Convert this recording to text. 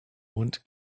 won’t